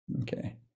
Okay